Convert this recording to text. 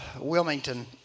Wilmington